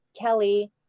Kelly